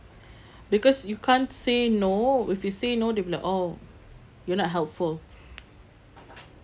because you can't say no if you say no they'll be like oh you're not helpful